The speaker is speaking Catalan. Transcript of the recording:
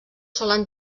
solen